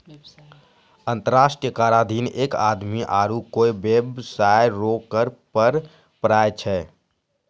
अंतर्राष्ट्रीय कराधीन एक आदमी आरू कोय बेबसाय रो कर पर पढ़ाय छैकै